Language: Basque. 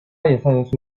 iezaiozu